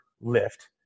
lift